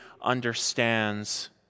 understands